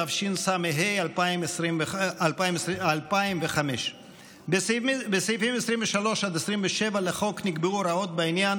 התשס"ה 2005. בסעיפים 23 עד 27 לחוק נקבעו הוראות בעניין